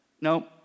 No